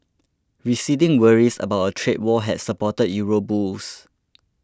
receding worries about a trade war had supported euro bulls